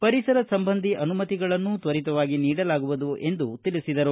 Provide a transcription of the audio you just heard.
ಪರಿಸರ ಸಂಬಂಧಿ ಅನುಮತಿಗಳನ್ನೂ ತ್ವರಿತವಾಗಿ ನೀಡಲಾಗುವುದು ಎಂದು ತಿಳಿಸಿದರು